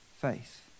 faith